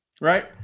right